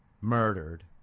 murdered